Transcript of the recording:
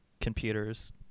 computers